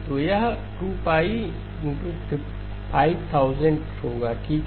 तो यह 2π होगा ठीक है